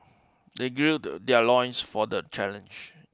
they gird their loins for the challenge